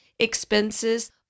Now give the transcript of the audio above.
expenses